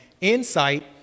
insight